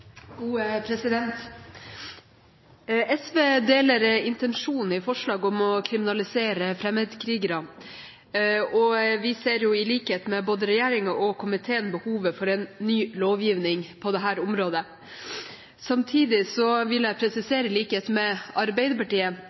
SV deler intensjonen i forslaget om å kriminalisere fremmedkrigere, og vi ser, i likhet med både regjeringen og komiteen, behovet for en ny lovgivning på dette området. Samtidig vil jeg presisere, i likhet med Arbeiderpartiet,